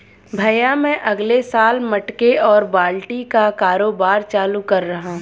भैया मैं अगले साल मटके और बाल्टी का कारोबार चालू कर रहा हूं